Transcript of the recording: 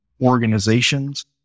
organizations